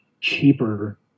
cheaper